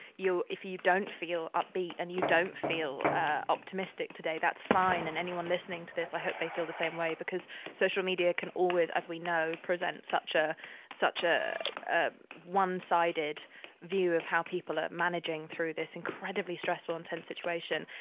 you, if you don't feel upbeat and you don't feel optimistic today, that's fine. and anyone listening to this, i hope they feel the same way because social media can always, as we know, present such a such ah a one sided view of how people are managing through this incredibly stressful and tense situation.